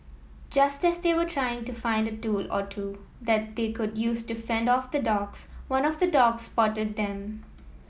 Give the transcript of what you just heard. just as they were trying to find a tool or two that they could use to fend off the dogs one of the dogs spotted them